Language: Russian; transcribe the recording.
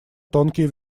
тонкие